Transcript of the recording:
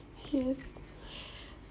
yes